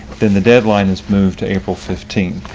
then the deadline has moved to april fifteen.